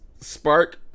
Spark